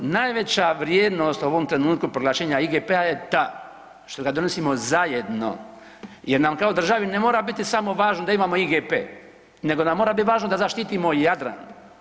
Najveća vrijednost u ovom trenutku proglašenja IGP-a je ta što ga donosimo zajedno jer nam kao državi ne mora biti samo važno da imamo IGP nego nam mora bit važno da zaštitimo Jadran.